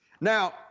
Now